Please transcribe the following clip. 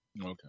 Okay